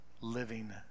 living